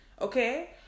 okay